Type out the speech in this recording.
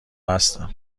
هستم